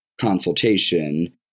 consultation